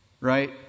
right